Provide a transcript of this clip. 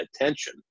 attention